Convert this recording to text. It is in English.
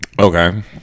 Okay